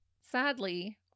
Sadly